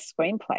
screenplay